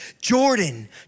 Jordan